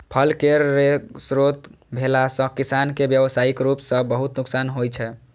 फल केर रोगग्रस्त भेला सं किसान कें व्यावसायिक रूप सं बहुत नुकसान होइ छै